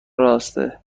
راسته